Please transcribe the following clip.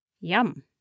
Yum